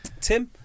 Tim